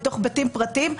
בתוך בתים פרטיים?